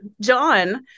John